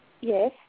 Yes